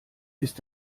ist